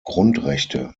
grundrechte